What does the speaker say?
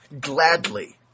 gladly